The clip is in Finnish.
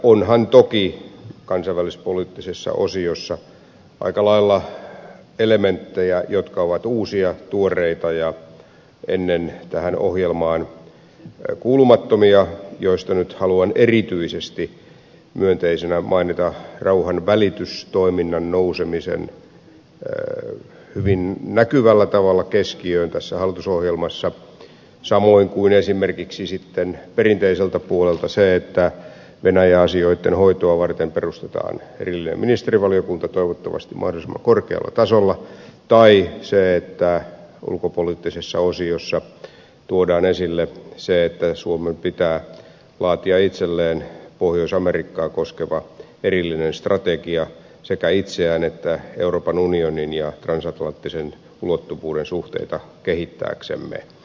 onhan toki kansainvälispoliittisessa osiossa aika lailla elementtejä jotka ovat uusia tuoreita ja ennen tähän ohjelmaan kuulumattomia ja niistä nyt haluan erityisesti myönteisenä mainita rauhanvälitystoiminnan nousemisen hyvin näkyvällä tavalla keskiöön tässä hallitusohjelmassa samoin kuin esimerkiksi sitten perinteiseltä puolelta sen että venäjä asioitten hoitoa varten perustetaan erillinen ministerivaliokunta toivottavasti mahdollisimman korkealla tasolla ja sen että ulkopoliittisessa osiossa tuodaan esille se että suomen pitää laatia itselleen pohjois amerikkaa koskeva erillinen strategia sekä itseään että euroopan unionin ja transatlanttisen ulottuvuuden suhteita kehittääkseen